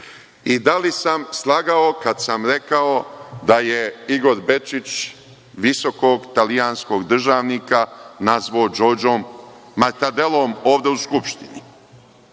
I da li sam slagao kada sam rekao da je Igor Bečić, visokog italijanskog državnika nazvao Džordžom Martadelom, ovde u Skupštini?